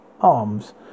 arms